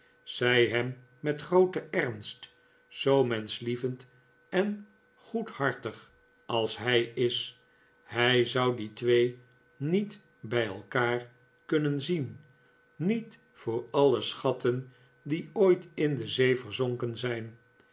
zei ham met grooten ernst zoo menschlievend en goedhartig als hij is hij zou die twee niet bij elkaar kunnen zien niet voor alle schatten die ooit in de zee verzonken zijn